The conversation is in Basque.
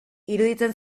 iruditzen